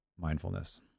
mindfulness